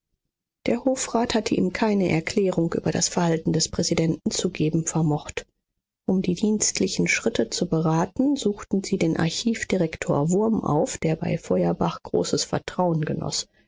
der hofrat hatte ihm keine erklärung über das verhalten des präsidenten zu geben vermocht um die dienstlichen schritte zu beraten suchten sie den archivdirektor wurm auf der bei feuerbach großes vertrauen genoß